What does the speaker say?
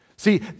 See